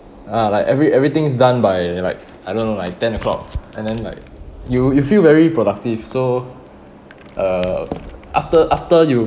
ah like every everything is done by like I don't know like ten o'clock and then like you you feel very productive so uh after after you